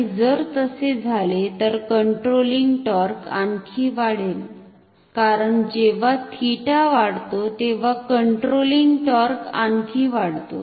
आणि जर तसे झाले तर कंट्रोलिंग टॉर्क आणखी वाढेल कारण जेव्हा थिटा वाढतो तेव्हा कंट्रोलिंग टॉर्क आणखी वाढतो